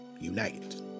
unite